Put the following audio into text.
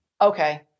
Okay